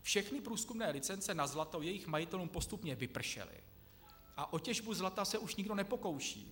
Všechny průzkumné licence na zlato jejich majitelům postupně vypršely a o těžbu zlata se už nikdo nepokouší.